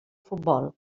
futbol